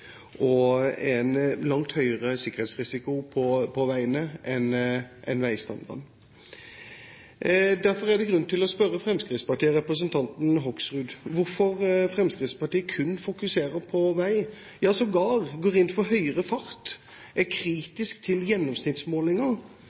er en langt høyere sikkerhetsrisiko på veiene enn veistandarden. Derfor er det grunn til å spørre representanten Hoksrud om hvorfor Fremskrittspartiet kun fokuserer på vei, ja sågar går inn for høyere fart og er kritisk til gjennomsnittsmålinger.